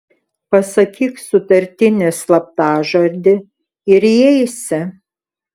pasakyk sutartinį slaptažodį ir įeisi